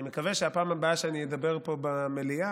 אני מקווה שבפעם הבאה שבה אדבר פה במליאה,